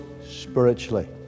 spiritually